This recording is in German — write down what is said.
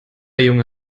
junge